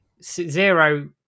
Zero